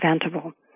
preventable